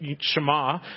Shema